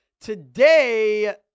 today